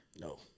No